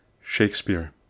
Shakespeare